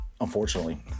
unfortunately